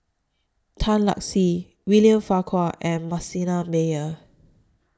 Tan Lark Sye William Farquhar and Manasseh Meyer